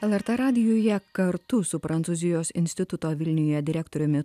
lrt radijuje kartu su prancūzijos instituto vilniuje direktoriumi